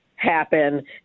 Happen